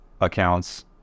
accounts